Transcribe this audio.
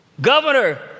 Governor